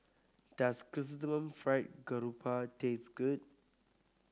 does Chrysanthemum Fried Garoupa taste good